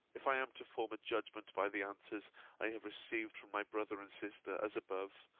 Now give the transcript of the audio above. if i am to form a judgment by the answers i have received from my brother and sister, as above,